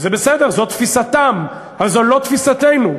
זה בסדר, זאת תפיסתם אבל זו לא תפיסתנו,